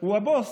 הוא "הבוס",